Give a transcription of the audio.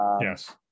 yes